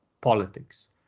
politics